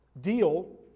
Deal